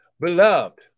beloved